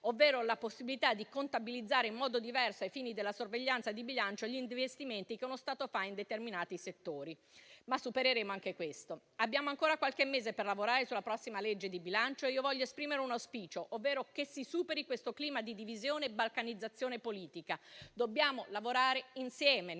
ovvero la possibilità di contabilizzare in modo diverso, ai fini della sorveglianza di bilancio, gli investimenti che uno Stato fa in determinati settori. Ma supereremo anche questo. Abbiamo ancora qualche mese per lavorare sulla prossima legge di bilancio e io voglio esprimere un auspicio, ovvero che si superi questo clima di divisione e balcanizzazione politica. Dobbiamo lavorare insieme, nel rispetto